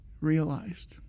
realized